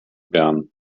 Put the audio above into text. bern